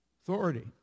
authority